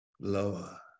lower